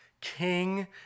king